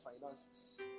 finances